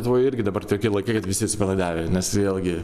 lietuvoj irgi dabar tokie laikai kad visi atsipalaidavę nes vėlgi